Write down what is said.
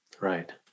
Right